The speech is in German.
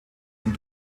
ein